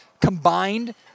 combined